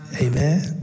Amen